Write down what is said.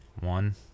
One